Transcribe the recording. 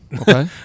okay